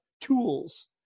tools